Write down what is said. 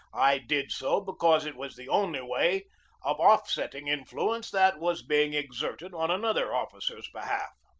i did so be cause it was the only way of offsetting influence that was being exerted on another officer's behalf.